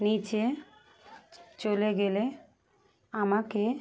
নিচে চলে গেলে আমাকে